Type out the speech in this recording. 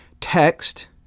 text